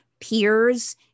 peers